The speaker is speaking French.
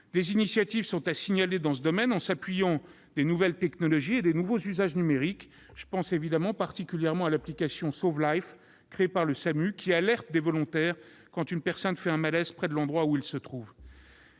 Des innovations sont à signaler dans ce domaine ; elles s'appuient sur les nouvelles technologies et les nouveaux usages numériques. Je pense particulièrement à l'application « SAUV life », créée par le SAMU, qui alerte des volontaires quand une personne fait un malaise près de l'endroit où ils se trouvent.